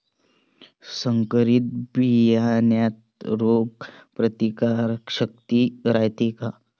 संकरित बियान्यात रोग प्रतिकारशक्ती रायते का?